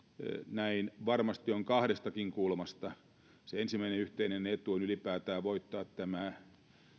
näin varmasti on kahdestakin kulmasta se ensimmäinen yhteinen etu on ylipäätään voittaa tämä